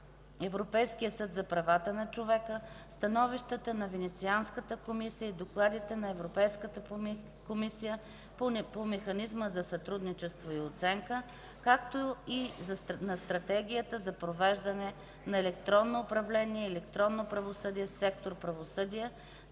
Европейския съд за правата на човека, становищата на Венецианската комисия и докладите на Европейската комисия по Механизма за сътрудничество и оценка, както и Стратегията за въвеждане на електронно управление и електронно правосъдие в сектор „Правосъдие”